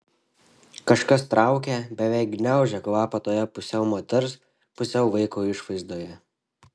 kažkas traukė beveik gniaužė kvapą toje pusiau moters pusiau vaiko išvaizdoje